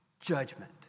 Judgment